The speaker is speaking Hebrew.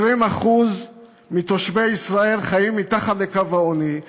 20% מתושבי ישראל חיים מתחת לקו העוני,